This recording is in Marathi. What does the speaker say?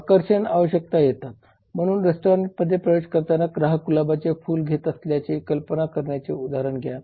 मग आकर्षक आवश्यकता येतात म्हणून रेस्टॉरंटमध्ये प्रवेश करताना ग्राहक गुलाबाचे फुल घेत असल्याचे कप्लना करण्याचे उदाहरण घ्या